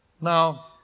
Now